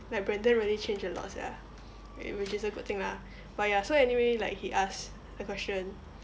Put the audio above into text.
like brandon really change a lot sia uh which is a good thing lah but ya so anyway like he asked the question